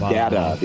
data